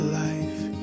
life